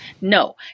No